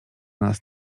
nas